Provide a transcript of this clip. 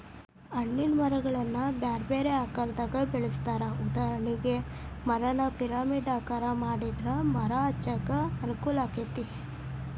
ಹಣ್ಣಿನ ಮರಗಳನ್ನ ಬ್ಯಾರ್ಬ್ಯಾರೇ ಆಕಾರದಾಗ ಬೆಳೆಸ್ತಾರ, ಉದಾಹರಣೆಗೆ, ಮರಾನ ಪಿರಮಿಡ್ ಆಕಾರ ಮಾಡಿದ್ರ ಮರ ಹಚ್ಚಾಕ ಅನುಕೂಲಾಕ್ಕೆತಿ